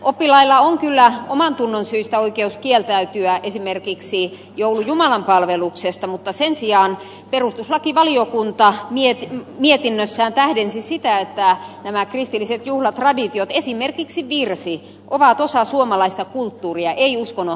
oppilailla on kyllä omantunnon syistä oikeus kieltäytyä esimerkiksi joulujumalanpalveluksesta mutta sen sijaan perustuslakivaliokunta mietinnössään tähdensi sitä että nämä kristilliset juhlatraditiot esimerkiksi virsi ovat osa suomalaista kulttuuria eivät uskonnon harjoittamista